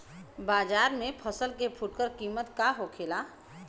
बाजार में फसल के फुटकर कीमत का होखेला?